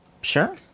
Sure